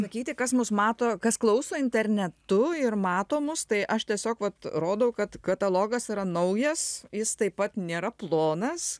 matyti kas mus mato kas klauso internetu ir mato mus tai aš tiesiog vat rodau kad katalogas yra naujas jis taip pat nėra plonas